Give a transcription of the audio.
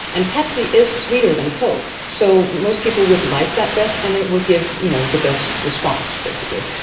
and pepsi is sweeter than coke, so most people would like that best and it would give you know the best response, basically.